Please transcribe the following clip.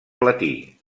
platí